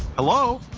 hello.